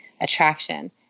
attraction